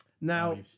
Now